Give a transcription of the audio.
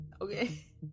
Okay